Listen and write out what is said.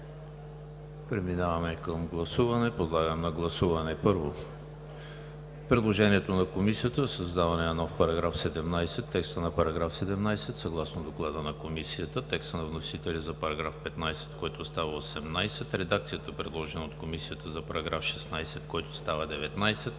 Преминаваме към гласуване. Подлагам на гласуване, първо, предложението на Комисията за създаване на нов § 17; текста на § 17 съгласно Доклада на Комисията; текста на вносителя за § 15, който става § 18; редакцията, предложена от Комисията за § 16, който става §